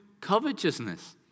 covetousness